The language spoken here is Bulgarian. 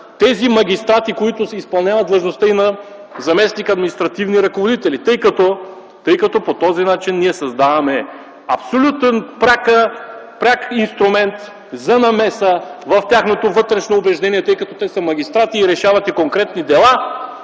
тези магистрати, които изпълняват длъжността и на заместник-административни ръководители, тъй като по този начин ние създаваме пряк инструмент за намеса в тяхното вътрешно убеждение, тъй като те са магистрати, решават и конкретни дела,